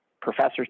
professors